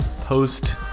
post